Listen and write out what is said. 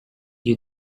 you